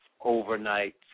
overnight